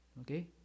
Okay